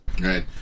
Right